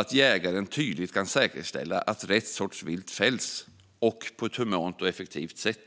att jägaren tydligt kan säkerställa att rätt sorts vilt fälls och fälls på ett humant och effektivt sätt.